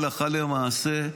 הלכה למעשה,